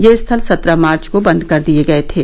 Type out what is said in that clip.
ये स्थल सत्रह मार्च को बंद कर दिये गए थे